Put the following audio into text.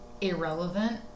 irrelevant